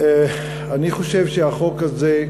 אני חושב שהחוק הזה,